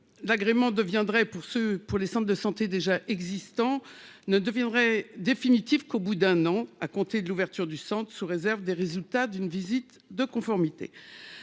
D'agrément deviendrait pour se pour les Centres de santé déjà existant ne deviendraient définitifs qu'au bout d'un an à compter de l'ouverture du Centre sous réserve des résultats d'une visite de conformité